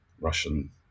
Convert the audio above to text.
Russian